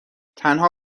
تنها